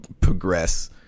progress